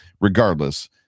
regardless